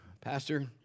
Pastor